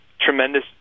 tremendous